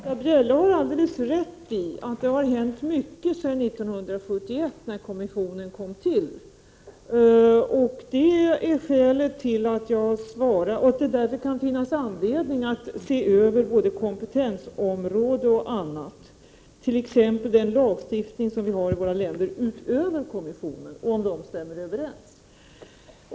Herr talman! Britta Bjelle har helt rätt i att det har hänt mycket sedan 1971 när kommissionen kom till. Det finns därför anledning att se över både kompetensområde och annat, t.ex. den lagstiftning som vi har i våra länder utöver kommissionen och om det stämmer överens.